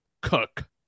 cook